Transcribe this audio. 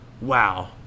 wow